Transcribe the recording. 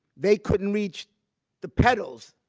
they couldn't reach the pedals